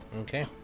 Okay